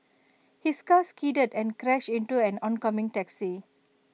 his car skidded and crashed into an oncoming taxi